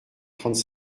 trente